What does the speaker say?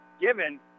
given